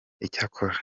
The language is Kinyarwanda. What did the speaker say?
icyakora